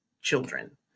children